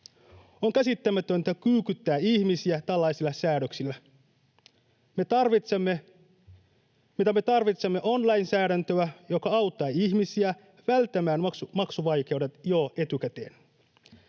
On käsittämätöntä kyykyttää ihmisiä tällaisilla säädöksillä. Me tarvitsemme lainsäädäntöä, joka auttaa ihmisiä välttämään maksuvaikeudet jo etukäteen.